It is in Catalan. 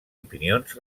opinions